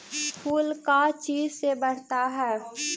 फूल का चीज से बढ़ता है?